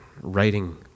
writing